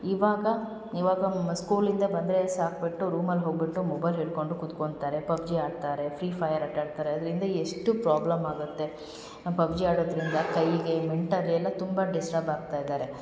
ಇವಾಗ ಇವಾಗ ಮ ಸ್ಕೂಲಿಂದ ಬಂದರೆ ಸಾಕ್ಬಿಟ್ಟು ರೂಮಲ್ಲಿ ಹೋಗಿಬಿಟ್ಟು ಮೊಬೈಲ್ ಹಿಡ್ಕೊಂಡು ಕೂತ್ಕೊಂತಾರೆ ಪಬ್ಜಿ ಆಡ್ತಾರೆ ಫ್ರೀ ಫಯರ್ ಆಟ ಆಡ್ತಾರೆ ಅದರಿಂದ ಎಷ್ಟು ಪ್ರೋಬ್ಲಮ್ ಆಗುತ್ತೆ ಪಬ್ಜಿ ಆಡೋದರಿಂದ ಕೈಗೆ ಮೆಂಟಲಿ ಎಲ್ಲ ತುಂಬಾ ಡಿಸ್ಟಬ್ ಆಗ್ತಾಯಿದ್ದಾರೆ